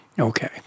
Okay